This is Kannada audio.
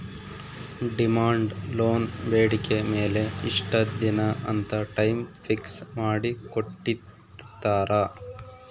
ಡಿಮಾಂಡ್ ಲೋನ್ ಬೇಡಿಕೆ ಮೇಲೆ ಇಷ್ಟ ದಿನ ಅಂತ ಟೈಮ್ ಫಿಕ್ಸ್ ಮಾಡಿ ಕೋಟ್ಟಿರ್ತಾರಾ